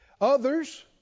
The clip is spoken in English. Others